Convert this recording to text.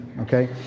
okay